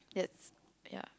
it's yeah